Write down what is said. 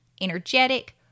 energetic